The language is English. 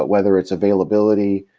ah whether its availability,